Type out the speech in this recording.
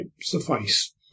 suffice